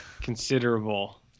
considerable